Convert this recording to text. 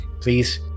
Please